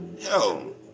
Hell